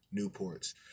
Newports